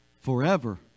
forever